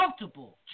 Multiple